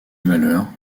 valeurs